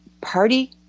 party